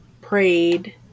prayed